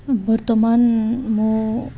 ବର୍ତ୍ତମାନ ମୁଁ